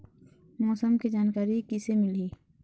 मौसम के जानकारी किसे मिलही?